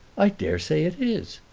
i daresay it is!